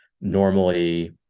normally